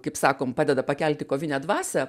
kaip sakom padeda pakelti kovinę dvasią